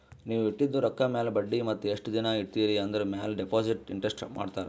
ನೀವ್ ಇಟ್ಟಿದು ರೊಕ್ಕಾ ಮ್ಯಾಲ ಬಡ್ಡಿ ಮತ್ತ ಎಸ್ಟ್ ದಿನಾ ಇಡ್ತಿರಿ ಆಂದುರ್ ಮ್ಯಾಲ ಡೆಪೋಸಿಟ್ ಇಂಟ್ರೆಸ್ಟ್ ಮಾಡ್ತಾರ